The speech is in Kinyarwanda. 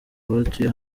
batuye